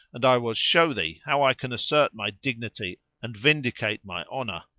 and i will show thee, how i can assert my dignity and vindicate my honour.